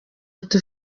ati